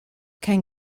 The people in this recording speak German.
kein